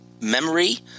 Memory